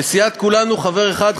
לסיעת כולנו חבר אחד,